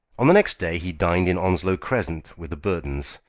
on the next day he dined in onslow crescent with the burtons,